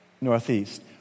northeast